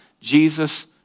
Jesus